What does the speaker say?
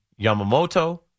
Yamamoto